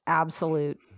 absolute